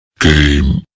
Game